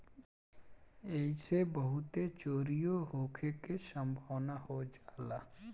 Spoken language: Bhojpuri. ऐइसे बहुते चोरीओ होखे के सम्भावना हो जाला